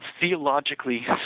theologically